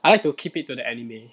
I like to keep it to the anime